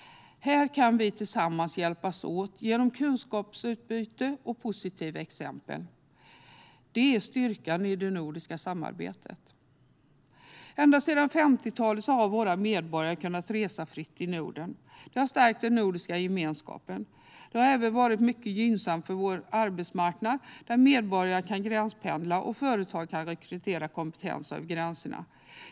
Här kan vi tillsammans hjälpas åt genom kunskapsutbyte och positiva exempel. Det är styrkan i det nordiska samarbetet. Ända sedan 50-talet har våra medborgare kunnat resa fritt i Norden. Det har stärkt den nordiska gemenskapen. Det har även varit mycket gynnsamt för vår arbetsmarknad. Medborgare har kunnat gränspendla, och företag har kunnat rekrytera kompetens över gränserna.